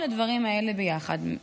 כל הדברים האלה ביחד,